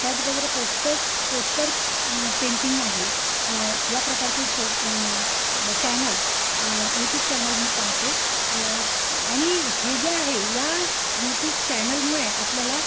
त्याचबरोबर poster poster painting आहे या प्रकारचे सो चॅनल यूट्यूब चॅनल मी पाहते आणि हे जे आहे या यूटूब चॅनलमुळे आपल्याला